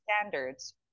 standards